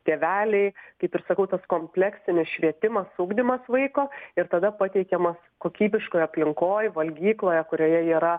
tėveliai kaip ir sakau tas kompleksinis švietimas ugdymas vaiko ir tada pateikiamas kokybiškoj aplinkoj valgykloje kurioje yra